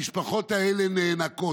המשפחות האלה נאנקות.